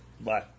Bye